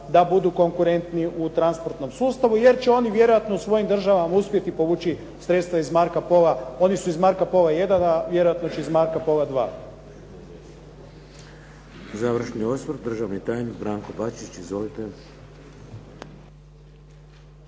da budu konkurentni u transportnom sustavu jer će oni vjerojatno u svojim državama uspjeti povući sredstva iz "Marca Pola", oni su iz "Marca Pola I" a vjerojatno će i iz "Marca Pola II". **Šeks, Vladimir (HDZ)** Završni osvrt državni tajnik Branko Bačić. **Bačić,